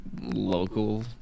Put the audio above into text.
local